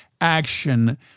action